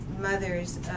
mothers